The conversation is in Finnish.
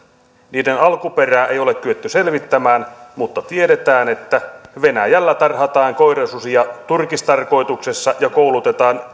niiden alkuperää ei ole kyetty selvittämään mutta tiedetään että venäjällä tarhataan koirasusia turkistarkoituksessa ja myös koulutetaan